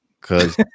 Cause